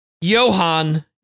Johan